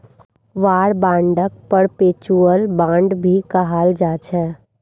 war बांडक perpetual bond भी कहाल जाछे